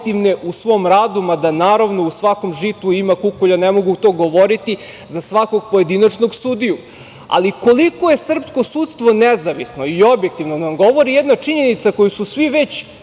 u svom radu, mada u svakom žitu ima kukolja, ne mogu to govoriti za svakog pojedinačnog sudiju. Ali, koliko je srpsko sudstvo nezavisno i objektivno nam govori jedna činjenica koju su svi već